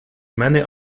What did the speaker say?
many